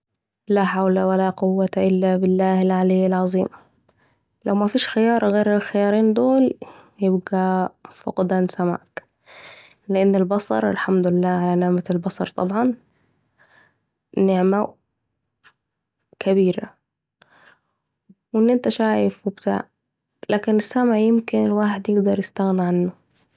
لا حول ولاقوة الا بالله العلي العظيم ، لو مفيش خيار غير الخيارين دولي ، يبقي فقدان سمعك... لأن البصر الحمدلله على نعمة البصر ، و ابصر نعمه كبيره و أن أنت شايف و بتاع... لكن السمع يمكن الواحد يقدر يستغني عنه